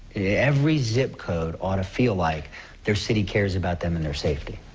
every zip code ought to feel like their city cares about them and their safety.